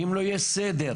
ואם לא יהיה סדר,